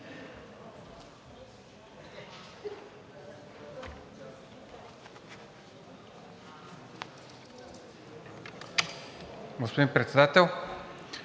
Господин Председател!